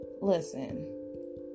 listen